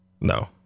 No